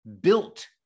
built